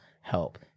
help